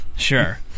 Sure